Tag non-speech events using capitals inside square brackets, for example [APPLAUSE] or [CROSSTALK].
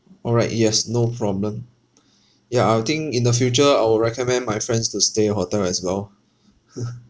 all right yes no problem ya I will think in the future I would recommend my friends to stay in your hotel as well [LAUGHS]